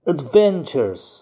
Adventures